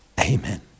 Amen